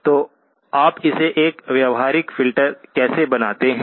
तो आप इसे एक व्यावहारिक फ़िल्टर कैसे बनाते हैं